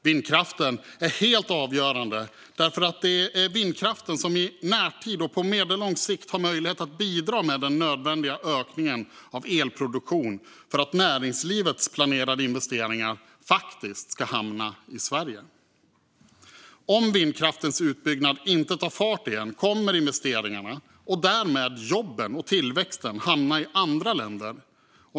Vindkraften är helt avgörande därför att det är vindkraften som i närtid och på medellång sikt har möjlighet att bidra med den nödvändiga ökningen av elproduktion för att näringslivets planerade investeringar ska hamna i Sverige. Om vindkraftens utbyggnad inte tar fart igen kommer investeringarna, och därmed jobben och tillväxten, att hamna i andra länder.